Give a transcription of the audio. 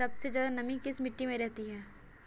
सबसे ज्यादा नमी किस मिट्टी में रहती है?